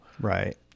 Right